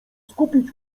skupić